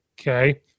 Okay